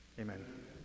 Amen